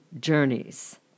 journeys